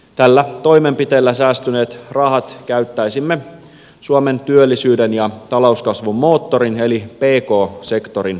tällä toimenpiteellä säästyneet rahat käyttäisimme suomen työllisyyden ja talouskasvun moottorin eli pk sektorin tukemiseen